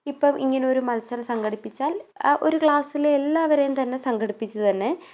ഇപ്പം ഇങ്ങനെ ഒരു മത്സരം സംഘടിപ്പിച്ചാൽ ഒരു ക്ലാസിലെ എല്ലാവരെയും തന്നെ സംഘടിപ്പിച്ച് തന്നെ